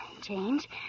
Change